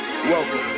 Welcome